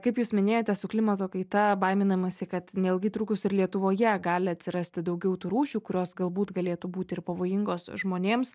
kaip jūs minėjote su klimato kaita baiminamasi kad neilgai trukus ir lietuvoje gali atsirasti daugiau tų rūšių kurios galbūt galėtų būti ir pavojingos žmonėms